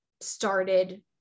started